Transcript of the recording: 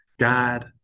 God